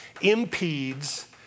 impedes